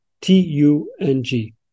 T-U-N-G